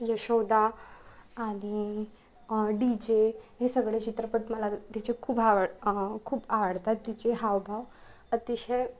यशोदा आणि D J हे सगळे चित्रपट मला तिचे खूप हाव खूप आवडतात तिचे हावभाव अतिशय